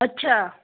अच्छा